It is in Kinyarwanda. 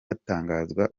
hatangazwa